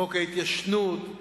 חוק ההתיישנות,